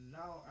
now